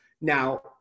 now